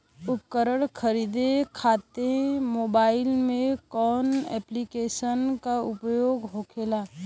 उपकरण खरीदे खाते मोबाइल में कौन ऐप्लिकेशन का उपयोग होखेला?